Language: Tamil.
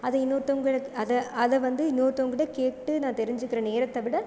அதை இன்னொருத்தவங்களுக்கு அதை அதை வந்து இன்னொருத்தவங்கக்கிட்டே கேட்டு நான் தெரிஞ்சுக்குற நேரத்தை விட